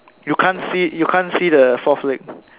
you can't see you can't see the fourth leg